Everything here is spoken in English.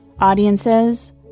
Audiences